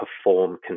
perform